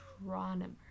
astronomer